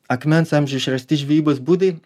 akmens amžiuj išrasti žvejybos būdai